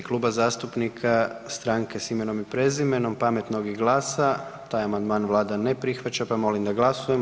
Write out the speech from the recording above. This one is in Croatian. Kluba zastupnika Stranke s imenom i prezimenom, Pametnog i GLAS-a, taj amandman vlada ne prihvaća, pa molim da glasujemo.